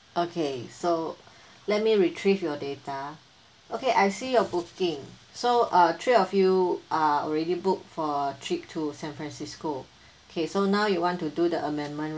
okay so let me retrieve your data okay I see your booking so uh three of you are already booked for a trip to san francisco okay so now you want to do the amendment